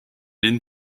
ligne